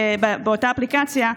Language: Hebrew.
באותה אפליקציה,